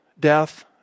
death